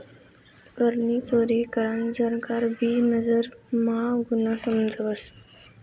करनी चोरी करान सरकार भी नजर म्हा गुन्हा समजावस